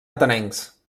atenencs